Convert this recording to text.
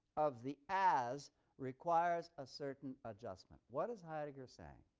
of the as requires a certain adjustment. what is heidegger saying?